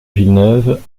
villeneuve